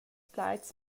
plaids